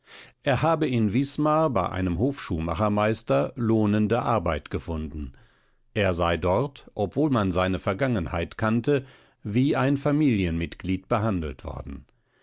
er habe in wismar bei einem hofschuhmachermeister lohnende arbeit gefunden er sei dort obwohl man seine vergangenheit kannte wie ein familienmitglied behandelt worden